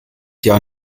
jahr